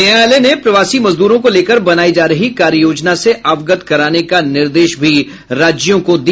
न्यायालय ने प्रवासी मजदूरों को लेकर बनायी जा रही कार्ययोजना से अवगत कराने का निर्देश भी राज्यों को दिया